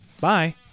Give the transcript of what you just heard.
Bye